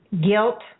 Guilt